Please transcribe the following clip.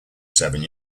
seven